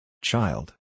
Child